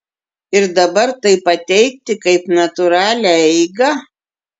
ir dabar tai pateikti kaip natūralią eigą